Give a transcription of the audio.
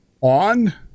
on